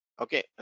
Okay